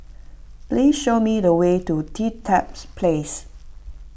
please show me the way to Dedap Place